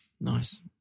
nice